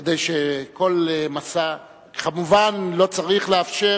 כדי שכל משא, כמובן, לא צריך לאפשר